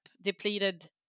depleted